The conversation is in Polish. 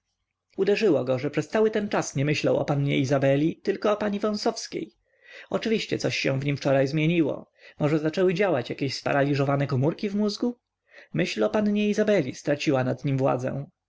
uderzyło go że przez cały ten czas nie myślał o pannie izabeli tylko o pani wąsowskiej oczywiście coś się w nim wczoraj zmieniło może zaczęły działać jakieś sparaliżowane komórki w mózgu myśl o pannie izabeli straciła nad nim władzę